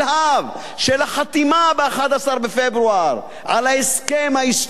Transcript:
של החתימה ב-11 בפברואר על ההסכם ההיסטורי,